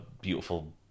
beautiful